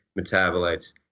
metabolites